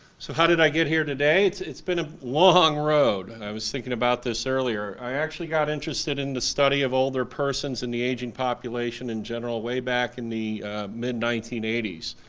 so, how did i get here today? it's it's been a long road, and i was thinking about this earlier. i actually got interested in the study of older persons and the aging population in general way back in the mid nineteen eighty s.